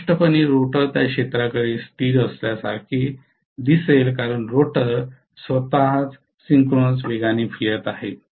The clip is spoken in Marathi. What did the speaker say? स्पष्टपणे रोटर त्या क्षेत्राकडे स्थिर असल्यासारखे दिसेल कारण रोटर स्वतःच सिंक्रोनस वेगाने फिरत आहे